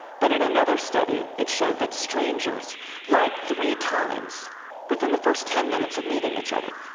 but in another study, it showed that strangers lied three times within the first ten minutes of meeting each other.